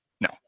No